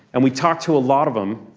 and we talked to a lot of them.